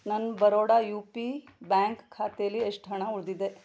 ನನ್ನ Baroda U P bank ಖಾತೆಯಲ್ಲಿ ಎಷ್ಟು ಹಣ ಉಳಿದಿದೆ